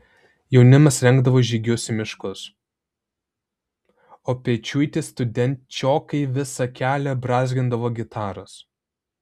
jaunimas rengdavo žygius į miškus o pečiuiti studenčiokai visą kelią brązgindavo gitaras